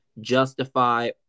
justify